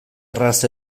erraz